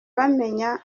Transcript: bamenya